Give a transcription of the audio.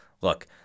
Look